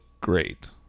great